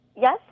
Yes